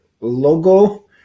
logo